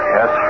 Yes